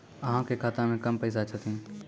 अहाँ के खाता मे कम पैसा छथिन?